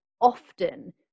often